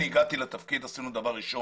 היא אומרת, מי הממשלה שתחליט בשבילי.